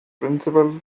principal